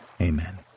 amen